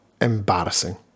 embarrassing